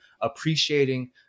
appreciating